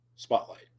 spotlight